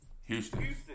Houston